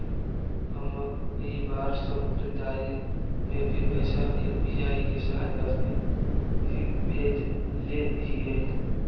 हम इ बार सब खरीदारी में भी पैसा यू.पी.आई के सहायता से ही भेजले हिय